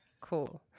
Cool